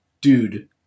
Dude